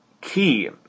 key